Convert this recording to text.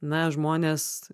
na žmonės